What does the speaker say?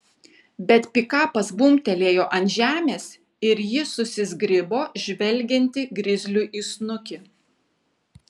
bet pikapas bumbtelėjo ant žemės ir ji susizgribo žvelgianti grizliui į snukį